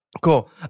Cool